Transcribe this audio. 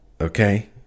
okay